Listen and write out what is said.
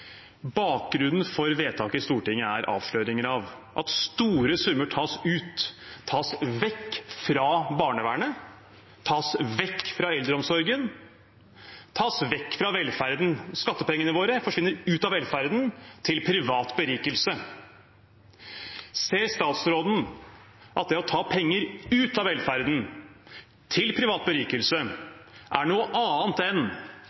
Bakgrunnen for vedtaket i Stortinget er avsløringer av at store summer tas ut – tas vekk fra barnevernet, tas vekk fra eldreomsorgen, tas vekk fra velferden. Skattepengene våre forsvinner ut av velferden til privat berikelse. Ser statsråden at det å ta penger ut av velferden – til privat